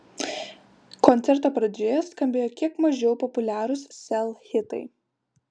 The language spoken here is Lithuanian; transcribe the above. koncerto pradžioje skambėjo kiek mažiau populiarūs sel hitai